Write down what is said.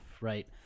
right